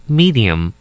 medium